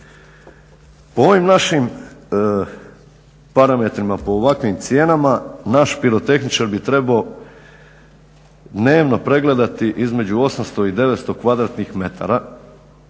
Po ovim našim parametrima, po ovakvim cijenama naš pirotehničar bi trebao dnevno pregledati između 800 i 900 kvadratnih metara